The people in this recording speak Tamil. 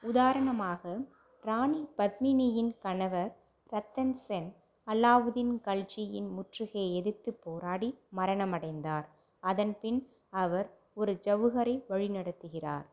உதாரணமாக ராணி பத்மினியின் கணவர் ரத்தன் சென் அலாவுதீன் கல்ஜியின் முற்றுகை எதிர்த்துப் போராடி மரணமடைந்தார் அதன்பின் அவர் ஒரு ஜவுஹரை வழி நடத்துகிறார்